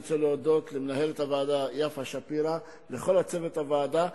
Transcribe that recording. אני רוצה להודות למנהלת הוועדה יפה שפירא ולכל צוות הוועדה.